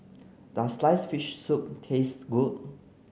does sliced fish soup taste good